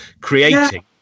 creating